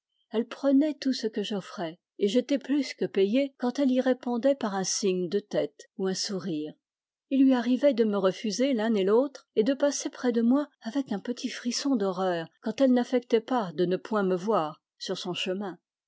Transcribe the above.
elle prenait tout ce que j'offrais et j'étais plus que payé quand elle y répondait par un signe de tête ou un sourire il lui arrivait de me refuser l'un et l'autre et de passer près de moi avec un petit frisson d'horreur quand elle n'affectait pas de ne point me voir sur son chemin